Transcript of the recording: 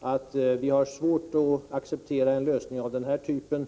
att vi har svårt att acceptera en lösning av den här typen.